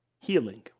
healing